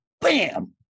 Bam